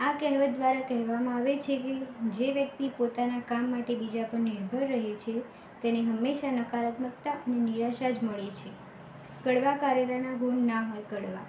આ કહેવત દ્વારા કહેવામાં આવે છે કે જે વ્યક્તિ પોતાના કામ માટે બીજા પર નિર્ભર રહે છે તેને હંમેશાં નકારાત્મકતા અને નિરાશા જ મળે છે કડવા કરેલાના ગુણ ન હોય કડવા